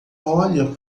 olha